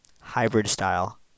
hybrid-style